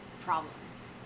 problems